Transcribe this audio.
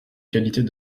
qualités